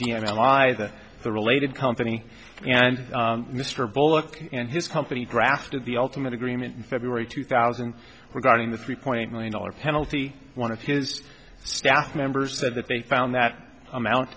allies or the related company and mr bullock and his company drafted the ultimate agreement in february two thousand regarding the three point million dollars penalty one of his staff members said that they found that amount